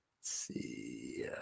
see